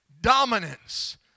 dominance